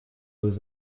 was